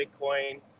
Bitcoin